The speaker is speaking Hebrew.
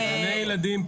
גני ילדים.